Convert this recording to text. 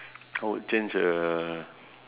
I would change uh